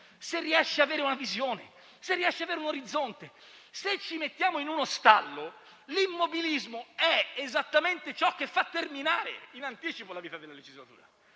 se riesce ad avere una visione e un orizzonte. Se ci mettiamo in uno stallo, l'immobilismo è esattamente ciò che fa terminare in anticipo la vita di una legislatura.